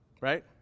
Right